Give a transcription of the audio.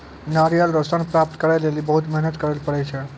नारियल रो सन प्राप्त करै लेली बहुत मेहनत करै ले पड़ै छै